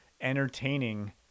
entertaining